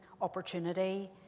opportunity